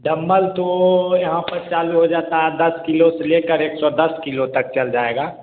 dumbbell तो यहाँ पर चालू हो जाता है दस किलो से लेकर एक सौ दस किलो तक चल जाएगा